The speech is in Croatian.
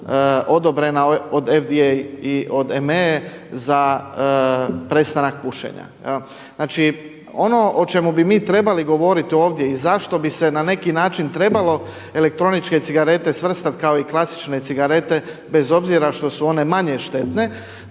odobrena od FDA i od EMA za prestanak pušenja. Znači ono o čemu bi mi trebali govoriti ovdje i zašto bi se na neki način trebalo elektroničke cigarete svrstati kao i klasične cigarete bez obzira što su one manje štetne,